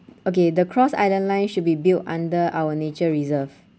okay the cross island line should be built under our nature reserve